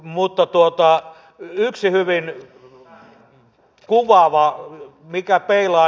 mutta yksi hyvin kuvaava mikä peilaa